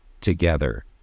together